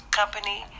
company